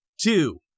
two